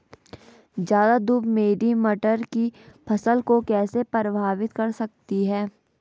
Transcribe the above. ज़्यादा धूप मेरी मटर की फसल को कैसे प्रभावित कर सकती है?